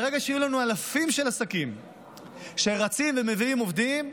ברגע שיהיו לנו אלפים של עסקים שרצים ומביאים עובדים,